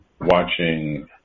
watching